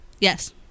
Yes